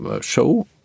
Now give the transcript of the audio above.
show